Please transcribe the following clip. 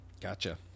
Gotcha